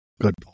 good